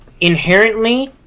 inherently